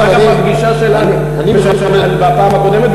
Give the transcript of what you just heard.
זה עלה גם בפגישה שלנו בפעם הקודמת,